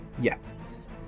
Yes